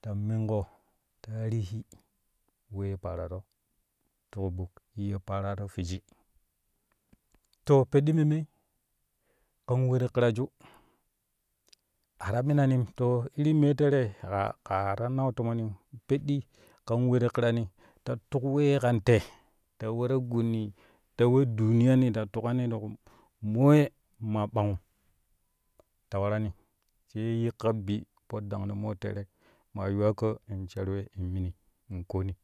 Ta minko tarihi weepararo ti ƙibɓuk wee pararo fwiji to peddi memmei kan we ti ƙiraju a ta minanim to irin mee tere a kaa ta nau tomonim peddi ka we ti ƙirani ta tuk wee kan te ta ive-ta-gunni ta we duniyani ta tuƙani ti ƙu moye ma ɓangum ta warani ɓai yikka bi po dangno mo tere ma yuwa ƙaa in shar we in mini in kooni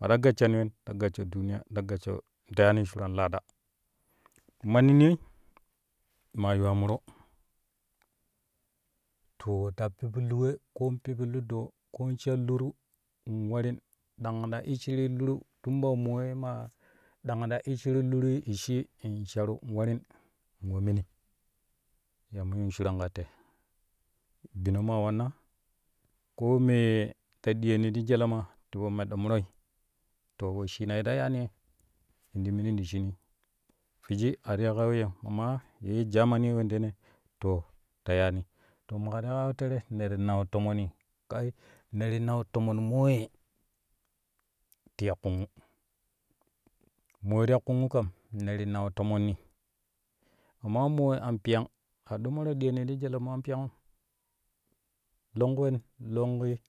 ma ta gashshani wen ta gashsho duniya to gashsho ta yaani shuran laada manni niyoi maa yuwa muro to ta pipillu we koo pipillu doo koo in shar luru in warin dang ta ishshiri luru tun ba moye maa dang ta ishshiru lurui ishshii in sharu in warim wa mini ya mo yuun shuran ko te bino maa wanna koo mee diyeni ti jelema ti po meɗɗe muroi to wesshina ye ta yaani ye in ti minin ti shinii fwiji a ti ya kaa weyyem amma ye jamani ye wendene to ta yaani to maƙa ta ya we tere ne ti nau tomoni kai ne ti nau tomon moye ti ya ƙungu mo ye ti ya ƙungu kam ne ti nau tomoni amma mo an piyang ɗo mo ta dliyoni ti jele an piyangum longku wen longku.